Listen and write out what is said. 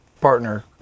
partner